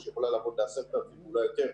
היא יכולה לעבוד ב-10,000 ואולי יותר,